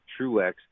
Truex